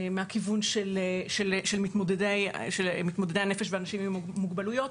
מהכיוון של מתמודדי הנפש והאנשים עם מוגבלויות,